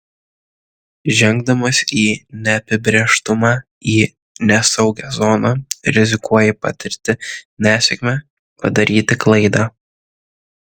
žengdamas į neapibrėžtumą į nesaugią zoną rizikuoji patirti nesėkmę padaryti klaidą